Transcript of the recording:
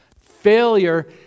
failure